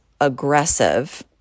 aggressive